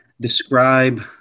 describe